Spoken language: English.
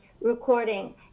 recording